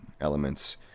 elements